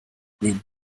green